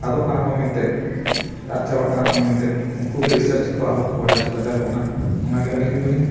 ᱟᱫᱚᱜ ᱠᱟᱱᱟ ᱠᱚ ᱢᱮᱱᱛᱮ ᱟᱨ ᱟᱫ ᱪᱟᱵᱟᱜ ᱠᱟᱱᱟ ᱠᱚ ᱢᱮᱱᱛᱮ ᱩᱱᱠᱩ ᱜᱮ ᱨᱤᱥᱟᱨᱪ ᱛᱮᱠᱚ ᱟᱵᱚ ᱠᱚ ᱵᱟᱲᱟᱭ ᱚᱪᱚ ᱫᱟᱲᱮᱭᱟᱵᱚᱱᱟ ᱚᱱᱟᱜᱮ ᱟᱹᱞᱤᱧ ᱫᱚᱞᱤᱧ